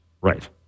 Right